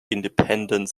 independent